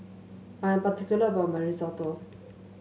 I am particular about my Risotto